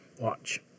Watch